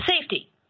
safety